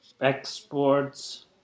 exports